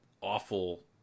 awful